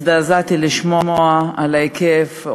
הזדעזעתי לשמוע על ההיקף,